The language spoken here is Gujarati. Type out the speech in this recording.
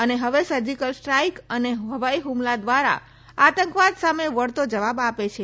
અને હવે સર્જીકલ સ્ટ્રાઇક અને હવાઈ ઠ્મલા દ્વારા આતંકવાદ સામે વળતો જવાબ આપે છે